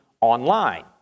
Online